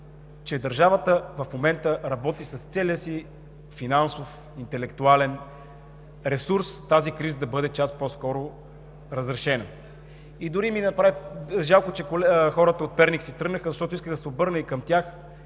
че държавата в момента работи с целия си финансов и интелектуален ресурс тази криза да бъде разрешена час по-скоро. Жалко, че хората от Перник си тръгнаха, защото исках да се обърна и към тях